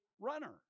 runner